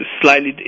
slightly